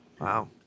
Wow